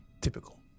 typical